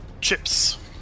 Chips